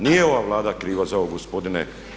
Nije ova Vlada kriva za ovo gospodine.